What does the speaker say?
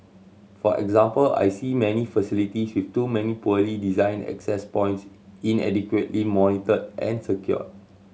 for example I see many facilities with too many poorly designed access points inadequately monitored and secured